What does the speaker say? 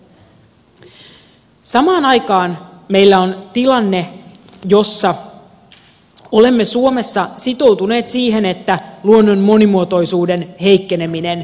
samaan aikaan meillä on tilanne jossa olemme suomessa sitoutuneet siihen että luonnon monimuotoisuuden heikkeneminen pysäytetään